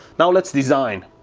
now, let's design.